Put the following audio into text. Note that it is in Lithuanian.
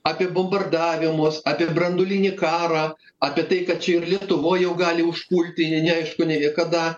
apie bombardavimus apie branduolinį karą apie tai kad čia ir lietuvoj jau gali užpulti neaišku netgi kada